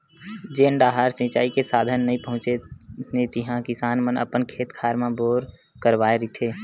जेन डाहर सिचई के साधन नइ पहुचे हे तिहा किसान मन अपन खेत खार म बोर करवाए रहिथे